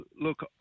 look